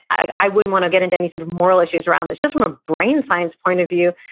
i wouldn't want to get into any sort of moral issues around this, just from a brain science point of view,